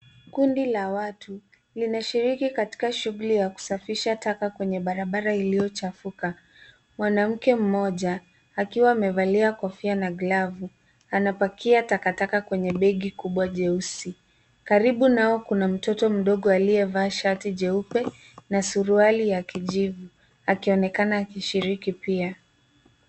Kundi la watu, linashiriki katika shughuli ya kusafisha taka kwenye barabara iliyo chafuka. Mwanamke mmoja, akiwa amevalia kofia na glavu, anapakia takataka kwenye begi kubwa jeusi. karibu nao kuna mtoto aliyevalia shati jeupe na suruali ya kijivu, akionekana akishiriki pia.